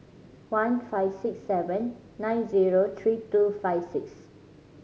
one five six seven nine zero three two five six